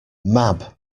mab